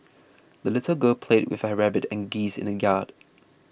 the little girl played with her rabbit and geese in the yard